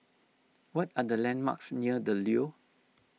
what are the landmarks near the Leo